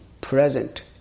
present